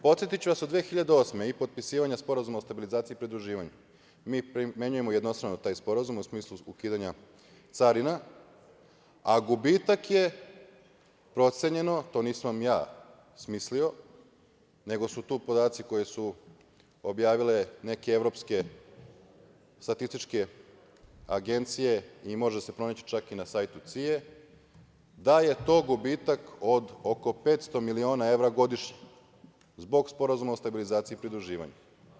Podsetiću vas, od 2008. godine i potpisivanja Sporazuma o stabilizaciji i pridruživanju, mi primenjujemo jednostrano taj sporazum u smislu ukidanja carina, a gubitak je procenjeno, to nisam ja smislio, nego su to podaci koji su objavile neke evropske statističke agencije i može se čak pronaći i na sajtu CIA-e, da je to gubitak od oko 500 miliona evra godišnje zbog Sporazuma o stabilizaciji i pridruživanju.